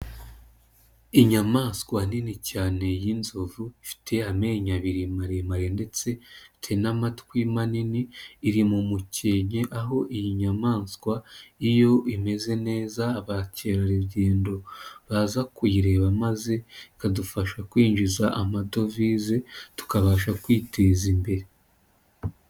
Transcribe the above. Inyamaswa nini cyane y'inzovu ifite amenyo abiri maremare ndetse ifite n'amatwi manini iri mu mukenke aho iyi nyamaswa iyo imeze neza bakerarugendo baza kuyireba maze ikadufasha kwinjiza amadovize tukabasha kwiteza imbere.